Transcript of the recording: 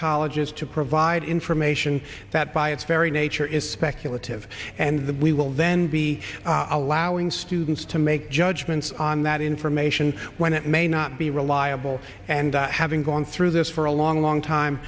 colleges to provide information that by its very nature is speculative and that we will then be allowing students to make judgments on that information when it may not be reliable and having gone through this for a long long time